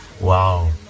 Wow